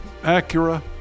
Acura